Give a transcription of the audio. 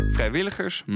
Vrijwilligers